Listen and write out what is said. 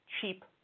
cheap